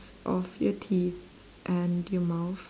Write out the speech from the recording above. of your teeth and your mouth